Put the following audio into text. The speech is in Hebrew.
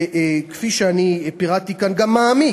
וכפי שאני פירטתי כאן גם מעמיק,